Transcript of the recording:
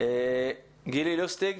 גילי לוסטיג,